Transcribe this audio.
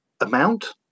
amount